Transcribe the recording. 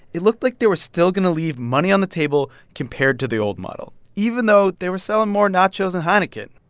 it looked like they were still going to leave money on the table compared to the old model even though they were selling more nachos and heineken.